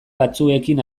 batzuekin